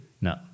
no